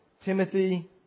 Timothy